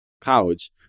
college